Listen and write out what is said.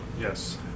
Yes